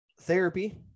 therapy